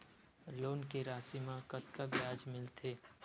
Loan के राशि मा कतका ब्याज मिलथे?